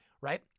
Right